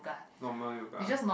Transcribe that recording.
normal yoga